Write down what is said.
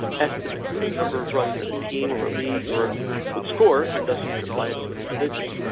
estimate for the number of runs the the team or eligor would score, and thus you could apply it to an individual.